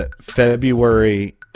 february